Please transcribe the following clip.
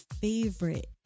favorite